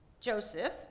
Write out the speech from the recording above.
Joseph